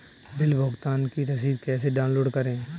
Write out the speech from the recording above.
Bill भुगतान की रसीद कैसे डाउनलोड करें?